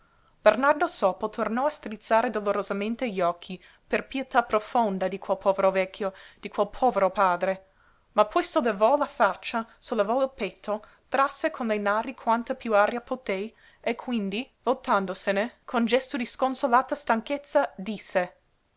bernardo sopo tornò a strizzare dolorosamente gli occhi per pietà profonda di quel povero vecchio di quel povero padre ma poi sollevò la faccia sollevò il petto trasse con le nari quanta piú aria poté e quindi vtandosene con gesto di sconsolata stanchezza disse